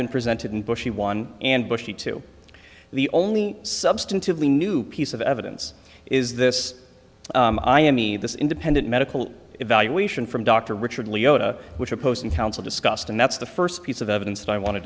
been presented in bushie one and bushie two the only substantively new piece of evidence is this i am me this independent medical evaluation from dr richard liotta which opposing counsel discussed and that's the first piece of evidence that i want to